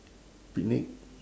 picnic